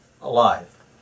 alive